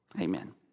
Amen